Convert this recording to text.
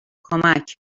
کمک